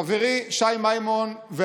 חברי שי מימון,